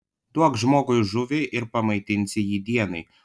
duok žmogui žuvį ir pamaitinsi jį dienai